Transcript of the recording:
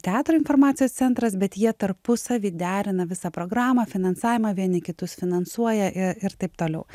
teatro informacijos centras bet jie tarpusavy derina visą programą finansavimą vieni kitus finansuoja ir taip toliau